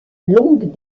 longues